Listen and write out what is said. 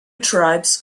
tribes